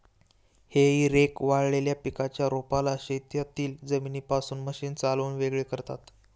हेई रेक वाळलेल्या पिकाच्या रोपाला शेतातील जमिनीपासून मशीन चालवून वेगळे करतात